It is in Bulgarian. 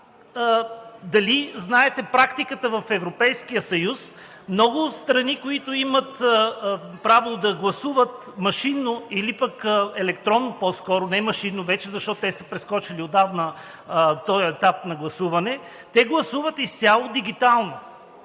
дали знаете за практиката в Европейския съюз, че много страни, които имат право да гласуват машинно или пък по-скоро електронно, защото те са прескочили отдавна този етап на гласуване и те гласуват изцяло дигитално